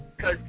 Cause